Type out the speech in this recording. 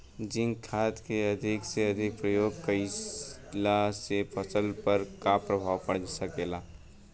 Zinc खाद क अधिक से अधिक प्रयोग कइला से फसल पर का प्रभाव पड़ सकेला?